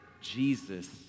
Jesus